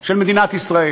של מדינת ישראל: